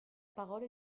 parole